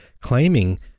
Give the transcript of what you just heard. claiming